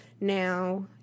Now